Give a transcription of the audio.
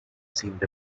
seemed